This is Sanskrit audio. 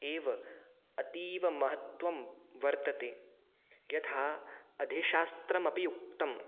एव अतीवमहत्त्वं वर्तते यथा अधिशास्त्रमपि उक्तं